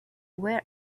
wear